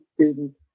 students